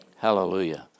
Hallelujah